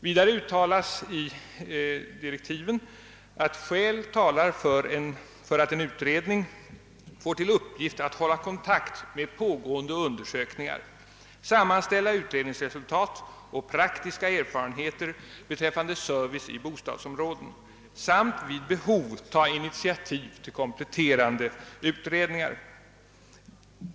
Vidare uttalas i direktiven, att skäl talar för att en utredning får till uppgift att hålla kontakt med pågående undersökningar, sammanställa utredningsresultat och praktiska erfarenheter beträffande service i bostadsområden samt vid behov ta initiativ till kompletterande utredningar.